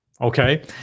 Okay